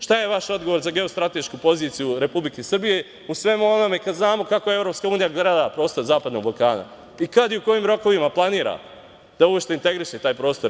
Šta je vaš odgovor za geostratešku poziciju Republike Srbije u svemu ovome, kad znamo kako je EU ogrnula prostor zapadnog Balkana i kad i u kojim rokovima planira da uopšte integriše taj prostor EU?